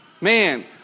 Man